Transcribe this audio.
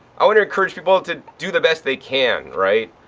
i want to encourage people to do the best they can, right.